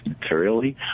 materially